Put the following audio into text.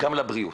גם לבריאות.